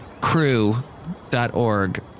Crew.org